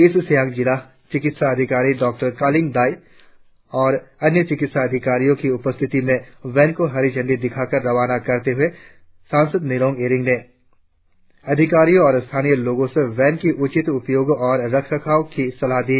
east Siang जिला चिकित्सा अधिकारी डॉ कालिंग दाई और अन्य चिकित्सा अधिकारियों की उपस्थिति में वेन को हरी झंडी दिखाकर रवाना करते हए संसद निनोंग एरिंग ने अधिकारियों और स्थानीय लोगों से वेन के उचित उपयोग और रखरखाव की सलाह दी